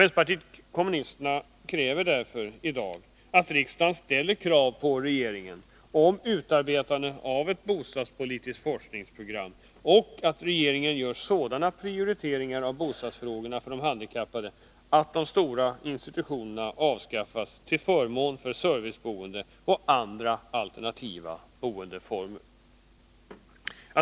Vänsterpartiet kommunisterna kräver därför i dag att riksdagen ställer krav på regeringen om utarbetande av ett bostadspolitiskt forskningsprogram och att regeringen gör sådana prioriteringar av bostadsfrågorna för de handikappade, att de stora institutionerna avskaffas till förmån för serviceboende och andra alternativa boendeformer.